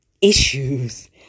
issues